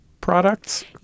products